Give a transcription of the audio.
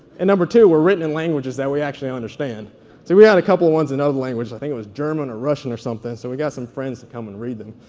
and number two, were written in languages that we actually understand. so we had a couple ones in another language, i think it was german or russian or something, so we got some friends to come and read them.